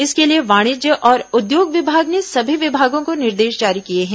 इसके लिए वाणिज्य और उद्योग विभाग ने सभी विभागों को निर्देश जारी किए हैं